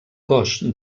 cos